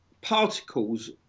particles